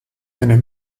eine